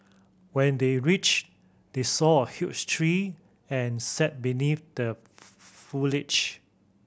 when they reached they saw a huge tree and sat beneath the foliage